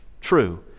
true